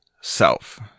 self